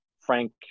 Frank